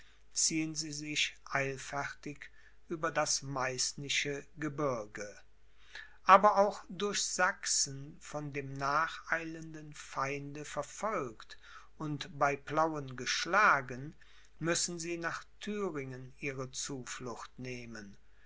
ziehen sie sich eilfertig über das meißnische gebirge aber auch durch sachsen von dem nacheilenden feinde verfolgt und bei plauen geschlagen müssen sie nach thüringen ihre zuflucht nehmen